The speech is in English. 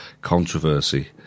controversy